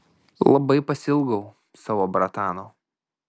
labai pasiilgau savo bratano